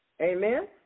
Amen